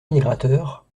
migrateurs